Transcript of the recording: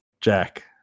Jack